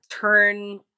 turn